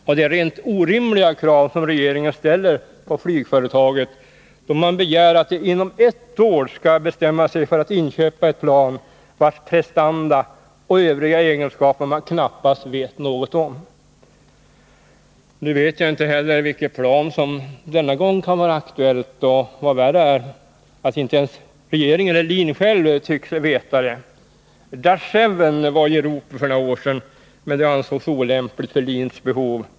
Det är rent orimliga krav som regeringen ställer på flygföretaget, då man begär att det inom ett år skall bestämma sig för att inköpa ett plan vars prestanda och övriga egenskaper man knappast vet något om.m. m. Nu vet jag inte heller vilket plan som denna gång kan vara aktuellt — och vad värre är, inte ens regeringen eller LIN självt tycks veta det. Dash 7 var i ropet för några år sedan, men det ansågs olämpligt för LIN:s behov.